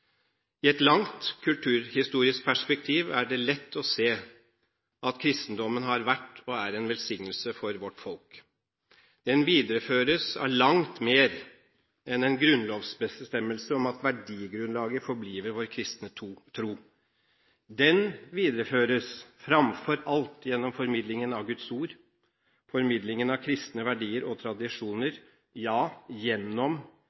I et langt kulturhistorisk perspektiv er det lett å se at kristendommen har vært og er en velsignelse for vårt folk. Den videreføres av langt mer enn en grunnlovsbestemmelse om at verdigrunnlaget forblir vår kristne tro. Den videreføres fremfor alt gjennom formidlingen av Guds ord, formidlingen av kristne verdier og tradisjoner, ja gjennom